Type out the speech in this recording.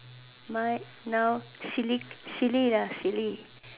mine now silly silly lah silly